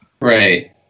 Right